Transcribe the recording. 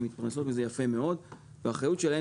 הן מתפרנסות מזה יפה מאוד והאחריות שלהם